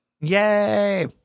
Yay